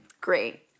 Great